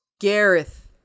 Gareth